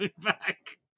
back